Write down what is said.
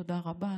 תודה רבה.